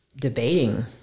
debating